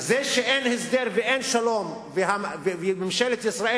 שאין הסדר ואין שלום וממשלת ישראל